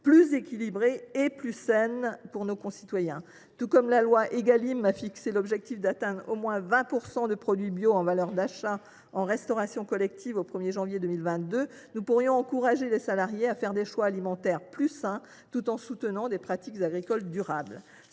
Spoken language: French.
une alimentation saine, durable et accessible à tous (Égalim) a fixé l’objectif d’atteindre au moins 20 % de produits bio en valeur d’achat en restauration collective au 1 janvier 2022, nous pourrions encourager les salariés à faire des choix alimentaires plus sains tout en soutenant des pratiques agricoles durables.